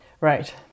Right